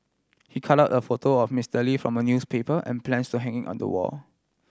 he cut out a photo of Mister Lee from a newspaper and plans to hang it on the wall